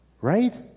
Right